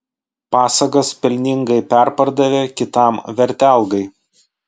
pasagas pelningai perpardavė kitam vertelgai